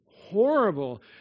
horrible